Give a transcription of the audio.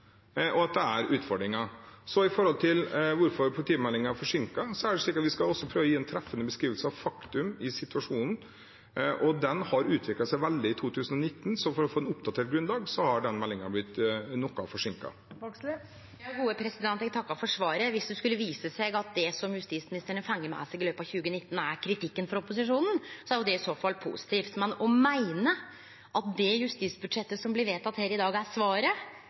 og at det er utfordringer. Når det gjelder hvorfor politimeldingen er forsinket, så er det slik at vi skal prøve å gi en treffende beskrivelse av den faktiske situasjonen, og den har utviklet seg veldig i 2019. Så for å få et oppdatert grunnlag har den meldingen blitt noe forsinket. Eg takkar for svaret. Dersom det skulle vise seg at det som justisministeren har fått med seg i løpet av 2019, er kritikken frå opposisjonen, er det i så fall positivt. Men å meine at det justisbudsjettet som blir vedteke her i dag, er svaret